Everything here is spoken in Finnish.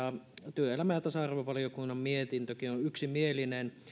työelämä ja tasa arvovaliokunnan mietintökin on on yksimielinen